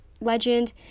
legend